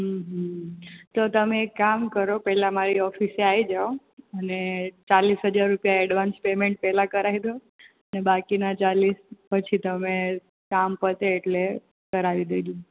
હમ હમ તો તમે એક કામ કરો પહેલાં મારી ઓફિસ એ આવી જાઓ અને ચાલીસ હજાર રૂપિયા એડવાન્સ પેમેન્ટ પહેલાં કરાવી દો અને બાકીના ચાલીસ પછી તમે કામ પતે એટલે કરાવી દેજો